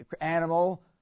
animal